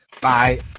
bye